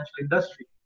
industry